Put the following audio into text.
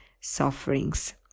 sufferings